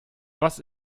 was